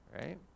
right